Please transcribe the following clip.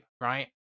right